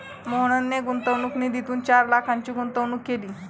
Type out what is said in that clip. मोहनने गुंतवणूक निधीतून चार लाखांची गुंतवणूक केली